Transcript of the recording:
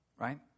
Right